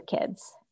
kids